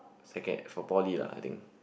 second~ from poly lah I think